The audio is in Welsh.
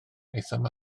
aethom